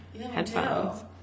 headphones